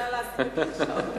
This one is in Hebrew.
אני מתחילה להסמיק עכשיו.